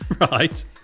Right